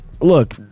look